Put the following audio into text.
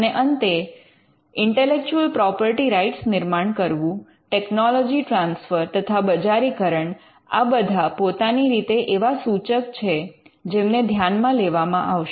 અને અંતે intellectual property rights નિર્માણ કરવું ટેકનોલોજી ટ્રાન્સફર તથા બજારીકરણ આ બધા પોતાની રીતે એવા સૂચક છે જેમને ધ્યાનમાં લેવામાં આવશે